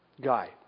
guy